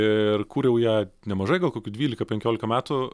ir kūriau ją nemažai gal kokių dvylika penkiolika metų